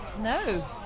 No